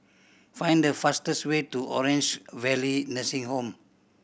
find the fastest way to Orange Valley Nursing Home